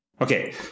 Okay